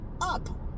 up